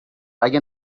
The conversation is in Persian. اگه